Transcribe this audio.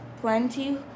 plenty